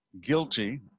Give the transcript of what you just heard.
guilty